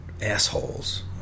assholes